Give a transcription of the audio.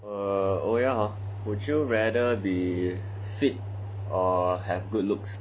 err oh ya hor would you rather be fit or have good looks